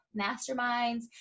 masterminds